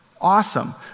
Awesome